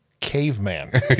caveman